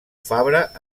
fabra